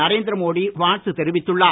நரேந்திர மோடி வாழ்த்து தெரிவித்துள்ளார்